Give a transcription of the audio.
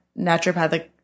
naturopathic